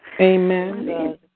Amen